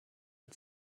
and